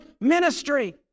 ministry